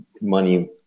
money